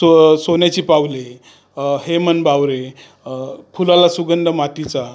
so सोन्याची पाऊले हे मन बावरे फुलाला सुगंध मातीचा